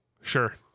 Sure